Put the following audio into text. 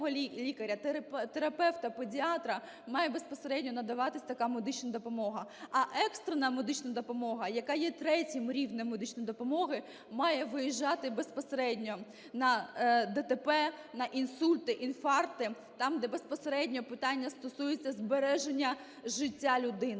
лікаря, терапевта, педіатра – має безпосередньо надаватися така медична допомога. А екстрена медична допомога, яка є третім рівнем медичної допомоги, має виїжджати безпосередньо на ДТП, на інсульти, інфаркти, там, де безпосередньо питання стосується збереження життя людини.